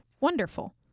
wonderful